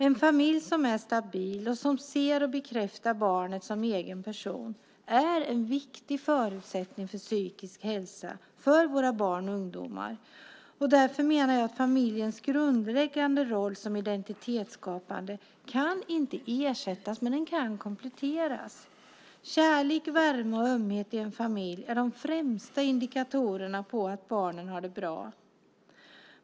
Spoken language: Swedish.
En familj som är stabil och som ser och bekräftar barnet som egen person är en viktig förutsättning för psykisk hälsa för våra barn och ungdomar. Därför menar jag familjens grundläggande roll som identitetsskapare inte kan ersättas men kompletteras. Kärlek, värme och ömhet i en familj är de främsta indikatorerna på att barnen har det bra.